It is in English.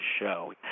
show